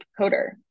coder